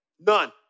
None